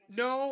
no